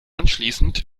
anschließend